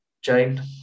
Jane